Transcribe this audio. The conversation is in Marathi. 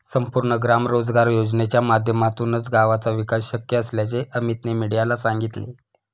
संपूर्ण ग्राम रोजगार योजनेच्या माध्यमातूनच गावाचा विकास शक्य असल्याचे अमीतने मीडियाला सांगितले